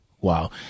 Wow